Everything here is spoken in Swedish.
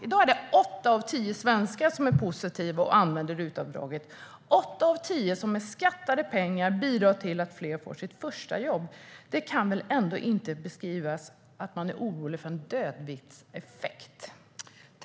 I dag är det åtta av tio svenskar som är positiva till och använder RUT-avdraget - åtta av tio som med skattade pengar bidrar till att fler får sitt första jobb. Det kan man väl ändå inte beskriva som att man är orolig för en dödviktseffekt?